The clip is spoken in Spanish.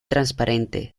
transparente